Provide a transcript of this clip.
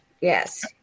yes